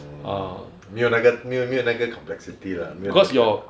ah 没有那个没没有那个 complexity lah 没有